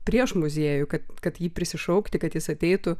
prieš muziejų kad kad jį prisišaukti kad jis ateitų